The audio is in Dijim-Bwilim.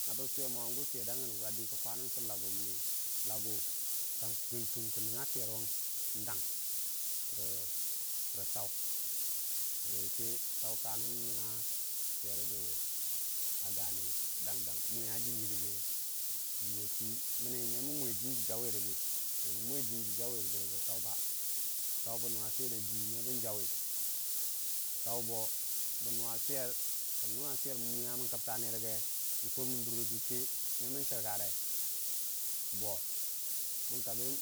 na bən suwe swerdangən ba də kə kwanam tən lagu məni lagu kəggan kin kə nən swer wan n'dang rə saw bərəkə tsau ka nən nəngnga swer rəgə dang dang me mwe jən jərə dang dang me mwe jən jərə rə tsau ba tsau bə nuwa swer ajii we bən jauuu tsau bo bər nuwa kən mwuya mən kəbtaw n'kurmən dur rəgəkə me mən chərgage bo